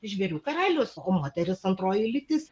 žvėrių karalius o moteris antroji lytis